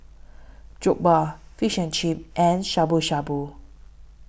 Jokbal Fish and Chips and Shabu Shabu